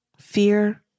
Fear